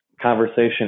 conversation